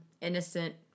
innocent